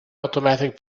automatic